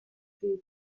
fills